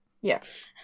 Yes